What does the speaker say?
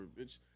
bitch